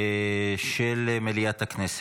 של מליאת הכנסת.